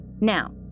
Now